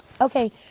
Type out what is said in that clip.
okay